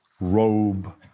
robe